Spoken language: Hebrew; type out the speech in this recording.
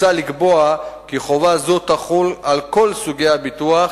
הוצע לקבוע כי חובה זו תחול על כל סוגי הביטוח,